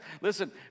Listen